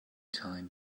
time